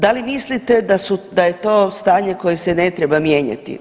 Da li mislite da je to stanje koje se ne treba mijenjati?